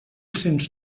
sents